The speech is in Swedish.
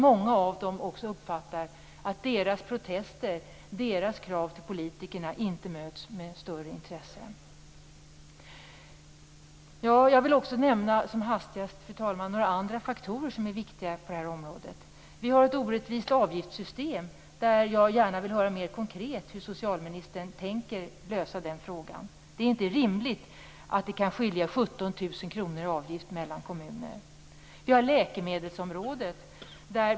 Många av dem uppfattar också att deras protester, deras krav till politikerna, inte möts med något större intresse. Jag vill också som hastigast, fru talman, nämna några andra faktorer som är viktiga på det här området. Vi har ett orättvist avgiftssystem. Jag vill gärna höra hur socialministern mer konkret tänker lösa den frågan. Det är inte rimligt att det kan skilja 17 000 kr i avgift mellan kommuner. Vi har läkemedlen.